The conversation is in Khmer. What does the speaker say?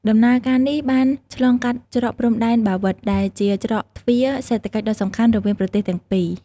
ដំណើរនេះបានឆ្លងកាត់ច្រកព្រំដែនបាវិត ដែលជាច្រកទ្វារសេដ្ឋកិច្ចដ៏សំខាន់រវាងប្រទេសទាំងពីរ។